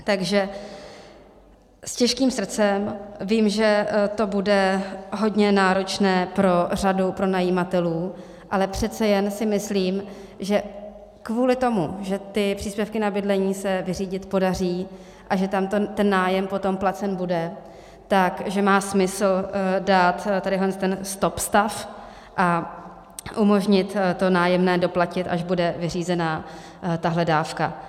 Takže s těžkým srdcem, vím, že to bude hodně náročné pro řadu pronajímatelů, ale přece jen si myslím, že kvůli tomu, že ty příspěvky na bydlení se vyřídit podaří a že tam ten nájem potom placen bude, takže má smysl dát tady ten stop stav a umožnit to nájemné doplatit, až bude vyřízená tahle dávka.